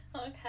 okay